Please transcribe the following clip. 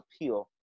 appeal